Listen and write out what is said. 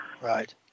Right